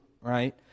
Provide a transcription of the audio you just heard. right